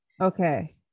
Okay